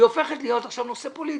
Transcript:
היא הופכת להיות עכשיו נושא פוליטי.